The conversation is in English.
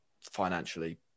financially